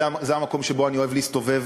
זה המקום שבו אני אוהב להסתובב.